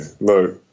look